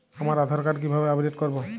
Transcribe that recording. আমার আধার কার্ড কিভাবে আপডেট করব?